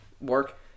work